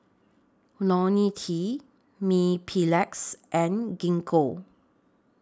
Ionil T Mepilex and Gingko